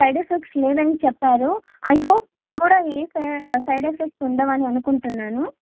side effects లేదని చెప్పారు I hope మీకు కూడా ఏ సైడ్ ఎఫెక్ట్స్ ఉండవని అనుకుంటున్నాను